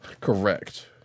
Correct